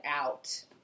out